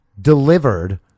delivered